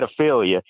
pedophilia